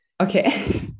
Okay